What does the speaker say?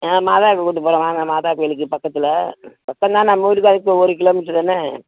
ஆ மாதாவுக்கு கூட்டிப் போகிறேன் வாங்க மாதா கோயில் இருக்குது பக்கத்தில் பக்கம் தான் நம்ம ஊருக்கும் அதுக்கும் ஒரு கிலோ மீட்ரு தானே